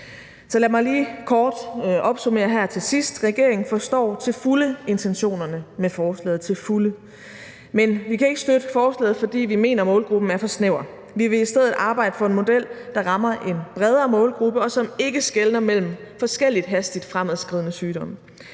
Så lad mig lige kort her til sidst opsummere: Regeringen forstår til fulde intentionerne med forslaget – til fulde. Men vi kan ikke støtte forslaget, fordi vi mener, at målgruppen er for snæver. Vi vil i stedet arbejde for en model, der rammer en bredere målgruppe, og som ikke skelner mellem forskellige hastigt fremadskridende sygdomme